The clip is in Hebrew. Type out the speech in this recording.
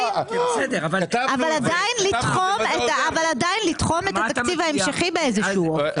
אבל עדיין לתחום את התקציב ההמשכי באיזשהו אופן.